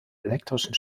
elektrischen